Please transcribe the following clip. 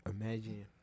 imagine